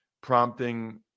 prompting